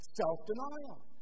self-denial